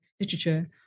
literature